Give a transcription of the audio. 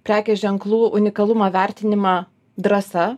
prekės ženklų unikalumą vertinimą drąsa